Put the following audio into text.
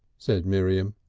said miriam.